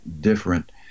different